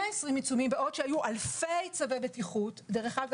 בעוד שהיו אלפי צווי בטיחות דרך אגב,